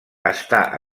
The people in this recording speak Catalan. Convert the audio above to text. està